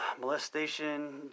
molestation